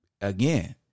again